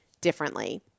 differently